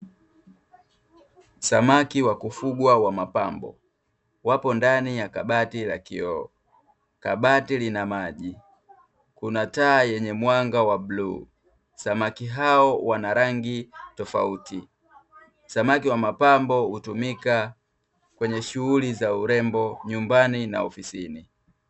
Samaki wa kufugwa wa mapambo, wapo ndani ya kabati la kioo, kabati lina maji kuna taa yenye mwanga wa bluu, samaki hao wana rangi tofauti. Samaki wa mapambo hutumika kwene shughuli za urembo nyumbani na ofisini.